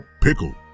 pickle